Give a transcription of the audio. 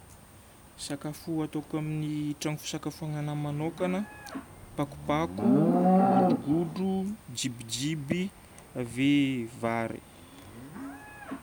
Sakafo ataoko amin'ny tragno fisakafoagnana manokagna: pakopako, godrogodro, jibijiby, ave vary.